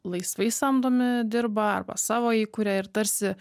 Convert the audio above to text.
laisvai samdomi dirba arba savo įkuria ir tarsi